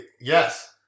yes